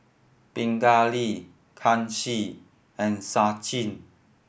Pingali Kanshi and Sachin